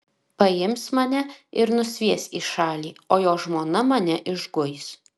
paims mane ir nusvies į šalį o jo žmona mane išguis